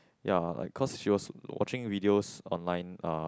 ya like cause she was watching videos online uh